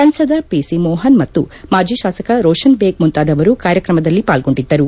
ಸಂಸದ ಪಿಸಿ ಮೋಹನ್ ಮತ್ತು ಮಾಜಿ ಶಾಸಕ ರೋಷನ್ ಬೇಗ್ ಮುಂತಾದವರು ಕಾರ್ಯಕ್ರಮದಲ್ಲಿ ಪಾಲ್ಗೊಂಡಿದ್ದರು